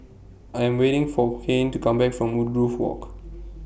I Am waiting For Kane to Come Back from Woodgrove Walk